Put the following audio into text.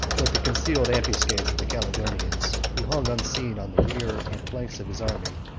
but the concealed ambuscades of the caledonians, who hung unseen on the rear and flanks of his army,